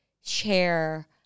share